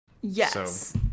yes